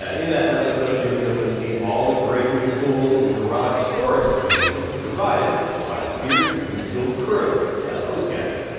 ah in that episode you'll be able to see all the great new tools and garage storage solutions provided by the sears blue tool crew. yeah, those guys.